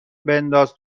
بنداز